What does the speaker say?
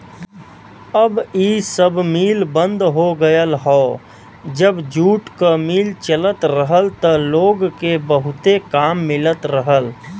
अब इ सब मिल बंद हो गयल हौ जब जूट क मिल चलत रहल त लोग के बहुते काम मिलत रहल